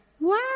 Wow